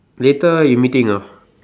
later you meeting not